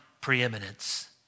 preeminence